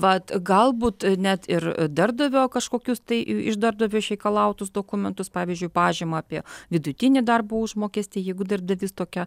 vat galbūt net ir darbdavio kažkokius tai iš darbdavio išreikalautus dokumentus pavyzdžiui pažymą apie vidutinį darbo užmokestį jeigu darbdavys tokią